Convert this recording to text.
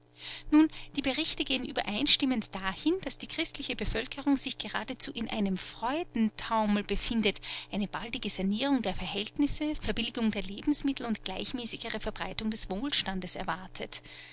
nun die berichte gehen übereinstimmend dahin daß die christliche bevölkerung sich geradezu in einem freudentaumel befindet eine baldige sanierung der verhältnisse verbilligung der lebensmittel und gleichmäßigere verbreitung des wohlstandes erwartet